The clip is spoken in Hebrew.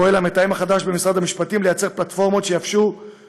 פועל המתאם החדש במשרד המשפטים לייצר פלטפורמות שיאפשרו